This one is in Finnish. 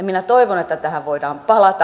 minä toivon että tähän voidaan palata